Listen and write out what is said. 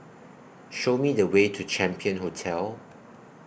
Show Me The Way to Champion Hotel